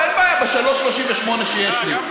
לא, אין בעיה ב-3:38 דקות שיש לי.